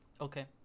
Okay